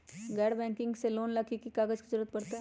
गैर बैंकिंग से लोन ला की की कागज के जरूरत पड़तै?